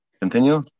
Continue